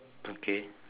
okay